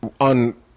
on